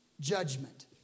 judgment